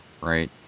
right